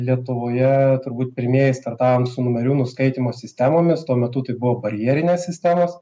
lietuvoje turbūt pirmieji startavom su numerių nuskaitymo sistemomis tuo metu tai buvo barjerinės sistemos